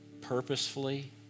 purposefully